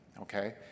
Okay